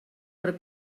per